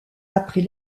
après